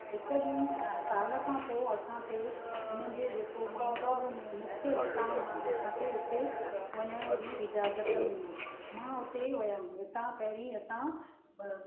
हिक ॾींहुं साल खां पोइ असांखे हुननि जे जेको माउंट आबूअ में मुख्य आस्थानु आहे असांखे हुते वञण जी इज़ाज़त मिली मां हुते वयमि हितां पहिरीं असां